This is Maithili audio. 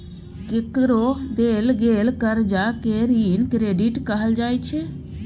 केकरो देल गेल करजा केँ ऋण क्रेडिट कहल जाइ छै